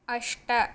अष्ट